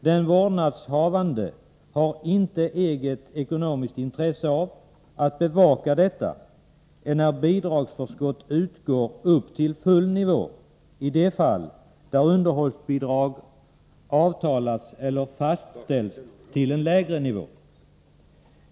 Den vårdnadshavande har inte eget ekonomiskt intresse av att bevaka detta, enär bidragsförskott utgår upp till full nivå i de fall där underhållsbidrag avtalats eller fastställts till en lägre nivå.